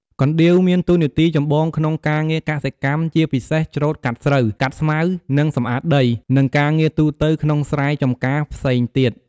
កណ្ដៀវមានតួនាទីចម្បងក្នុងការងារកសិកម្ម ជាពិសេស ច្រូតកាត់ស្រូវ កាត់ស្មៅ និងសម្អាតដី និងការងារទូទៅក្នុងស្រែចំការផ្សេងទៀត។